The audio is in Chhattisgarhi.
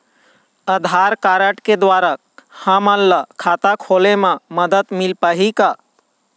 आधार कारड के द्वारा हमन ला खाता खोले म मदद मिल पाही का?